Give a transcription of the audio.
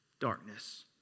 darkness